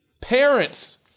parents